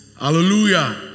Hallelujah